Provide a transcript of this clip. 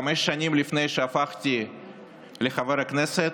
חמש שנים לפני שהפכתי לחבר כנסת,